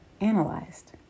Analyzed